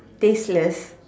tasteless